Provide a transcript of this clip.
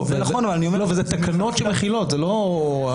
זה תקנות שמכילות, זה לא המצאה.